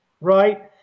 right